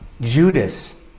Judas